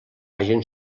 hagin